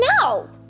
no